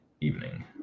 evening